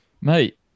Mate